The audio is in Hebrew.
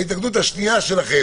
ההתנגדות השנייה שלכם